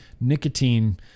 Nicotine